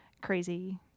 crazy